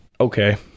okay